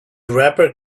rapper